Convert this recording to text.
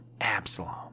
Absalom